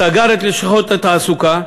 סגר את לשכות התעסוקה,